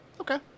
Okay